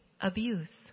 abuse